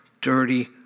dirty